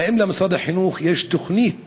האם למשרד החינוך יש תוכנית